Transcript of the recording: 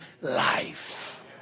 life